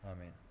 Amen